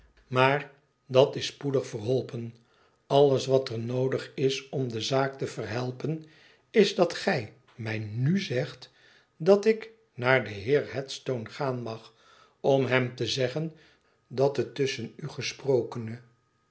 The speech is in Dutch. maar dat is spoedig verholpen alles wat er noodig is om de zaak te verhelpen is dat gij mij nu zegt dat ik naar den heer headstone gaan mag om hem te zeggen dat het tusschen u gesprokene